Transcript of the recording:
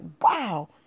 wow